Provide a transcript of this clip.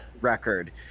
record